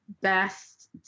best